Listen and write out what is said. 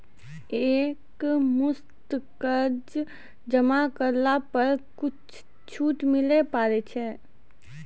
एक मुस्त कर्जा जमा करला पर कुछ छुट मिले पारे छै?